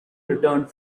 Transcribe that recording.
returned